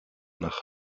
nach